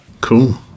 Cool